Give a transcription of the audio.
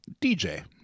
DJ